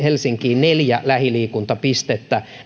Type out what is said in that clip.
helsinkiin neljä lähiliikuntapistettä